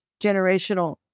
generational